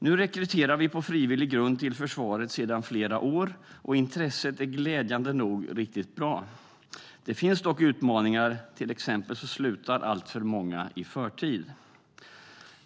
Nu rekryterar vi på frivillig grund till försvaret sedan flera år, och intresset är glädjande nog riktigt bra. Det finns dock utmaningar; till exempel slutar alltför många i förtid.